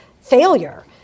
failure